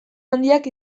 handiak